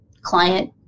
client